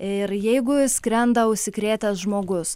ir jeigu skrenda užsikrėtęs žmogus